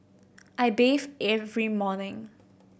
I bathe every morning